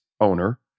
owner